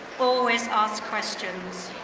always ask questions.